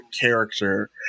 character